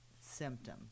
symptom